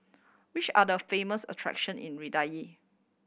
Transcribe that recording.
which are the famous attraction in